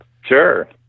Sure